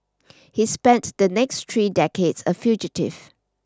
he spent the next three decades a fugitive